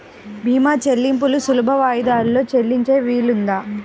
భీమా చెల్లింపులు సులభ వాయిదాలలో చెల్లించే వీలుందా?